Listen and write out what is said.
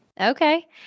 Okay